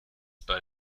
bei